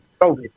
COVID